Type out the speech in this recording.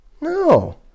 No